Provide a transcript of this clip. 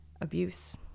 abuse